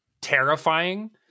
terrifying